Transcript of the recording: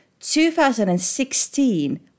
2016